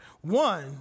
One